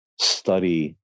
study